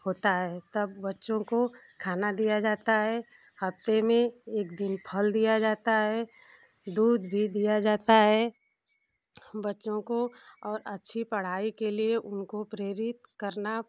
होता है तब बच्चों को खाना दिया जाता है हफ़्ते में एक दिन फल दिया जाता हेे दूध भी दिया जाता हेे बच्चों को और अच्छी पढ़ाई के लिए उनको प्रेरित करना